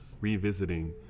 revisiting